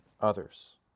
others